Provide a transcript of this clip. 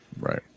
Right